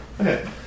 Okay